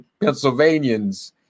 Pennsylvanians